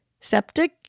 septic